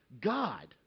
God